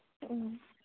ꯎꯝ